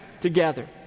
together